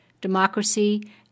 democracy